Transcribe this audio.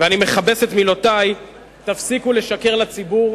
אני מכבס את מילותי, תפסיקו לשקר לציבור,